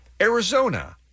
Arizona